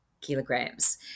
kilograms